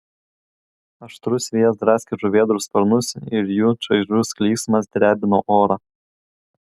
aštrus vėjas draskė žuvėdrų sparnus ir jų čaižus klyksmas drebino orą